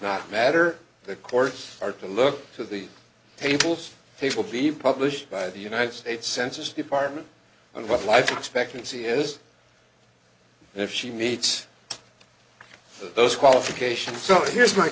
not matter the courts are to look at the tables they will be published by the united states census department and what life expectancy is and if she meets those qualifications so here's my